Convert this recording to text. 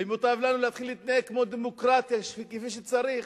ומוטב לנו להתחיל להתנהג כמו דמוקרטיה, כפי שצריך,